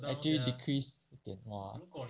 actually decrease 一点花